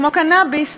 כמו קנאביס,